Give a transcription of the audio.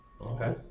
Okay